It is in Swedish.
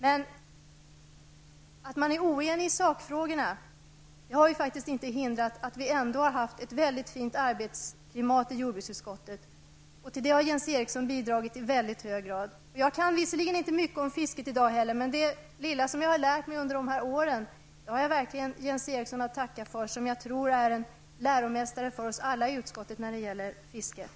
Att vi är oeniga i sakfrågorna har inte hindrat att vi ändå har haft ett fint arbetsklimat i jordbruksutskottet. Till det har Jens Eriksson bidragit i hög grad. Jag kan visserligen inte mycket om fisket i dag heller. Men det lilla jag har lärt mig under dessa år, har jag verkligen Jens Eriksson att tacka för. Jag tror att han är en läromästare för oss alla i utskottet när det gäller fisket.